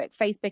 Facebook